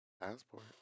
Passport